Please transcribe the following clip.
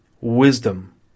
wisdom